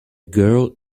girl